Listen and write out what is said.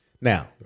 Now